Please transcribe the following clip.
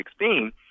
2016